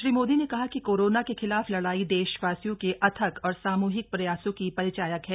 श्री मोदी ने कहा कि कोरोना के खिलाफ लड़ाई देशवासियों के अथक और सामूहिक प्रयासों की परिचायक है